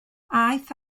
aeth